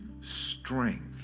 strength